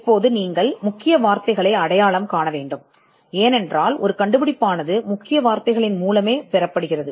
இப்போது நீங்கள் முக்கிய வார்த்தைகளை அடையாளம் காண வேண்டும் ஏனெனில் ஒரு கண்டுபிடிப்பு முக்கிய வார்த்தைகளின் மூலம் தேடப்படுகிறது